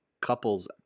couples